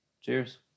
cheers